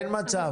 אין מצב.